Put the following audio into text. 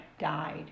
died